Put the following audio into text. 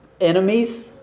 enemies